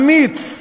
אמיץ,